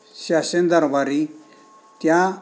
शासन दरबारी त्या